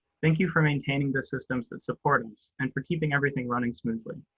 thank you for maintaining the systems that support us and for keeping everything running smoothly.